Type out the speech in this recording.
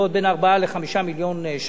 בין 4 ל-5 מיליון ש"ח,